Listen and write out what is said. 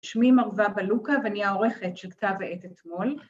שמי מרווה בלוקה ואני העורכת של כתב העת אתמול